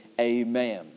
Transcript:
Amen